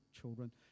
children